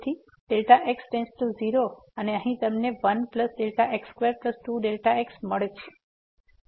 તેથી Δx → 0 અને અહીં તમને 1x22x મળશે